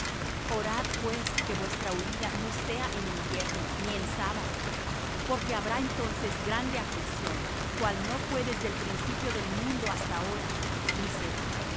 orad pues que vuestra huída no sea en invierno ni en sábado porque habrá entonces grande aflicción cual no fué desde el principio del mundo hasta ahora ni será